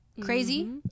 Crazy